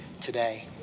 today